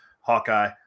Hawkeye